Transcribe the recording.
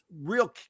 real